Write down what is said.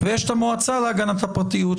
ויש את המועצה להגנת הפרטיות,